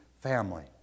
family